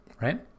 Right